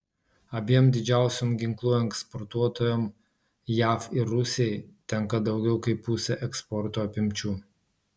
abiem didžiausiom ginklų eksportuotojom jav ir rusijai tenka daugiau kaip pusė eksporto apimčių